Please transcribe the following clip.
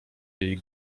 jej